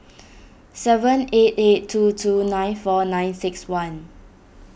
seven eight eight two two nine four nine six one